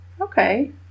Okay